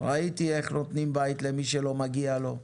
ראיתי איך נותנים בית למי שלא מגיע לו,